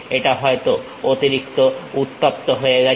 এটা হয়তো অতিরিক্ত উত্তপ্ত হয়ে গেছে